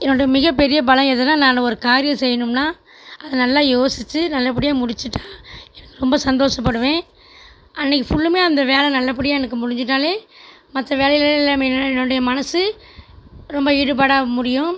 என்னோட மிக பெரிய பலம் எதுனால் நான் ஒரு காரியம் செய்யணும்னால் அதை நல்லா யோசித்து நல்லபடியாக முடித்திட்டா இன்னும் ரொம்ப சந்தோஷப்படுவேன் அன்னிக்கு ஃபுல்லுமே அந்த வேலை நல்லபடியா எனக்கு முடிஞ்சிட்டால் மற்ற வேலைகளில் எல்லாமே என்னுடய மனசு ரொம்ப ஈடுபாடாக முடியும்